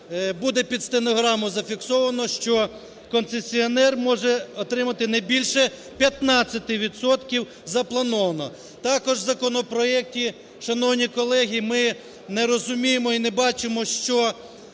буде під стенограму зафіксовано, що концесіонер може отримати не більше 15 відсотків запланованого. Також в законопроекті, шановні колеги, ми не розуміємо і не бачимо, що